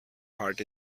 heart